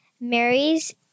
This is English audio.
Mary's